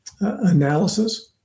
analysis